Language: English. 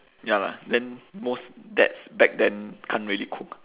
ya lah then most dads back then can't really cook